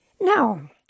Now